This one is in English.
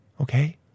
Okay